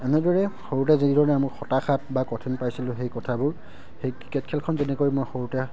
এনেদৰে সৰুতে যিধৰণেৰে মই হতাশাত বা কঠিন পাইছিলোঁ সেই কথাবোৰ সেই ক্ৰিকেট খেলখন তেনেকৈ মই সৰুতে